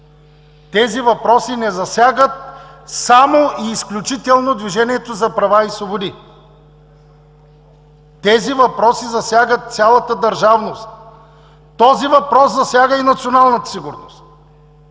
Тези въпроси не засягат само и изключително Движението за права и свободи. Тези въпроси засягат цялата държавност! Този въпрос засяга и националната сигурност!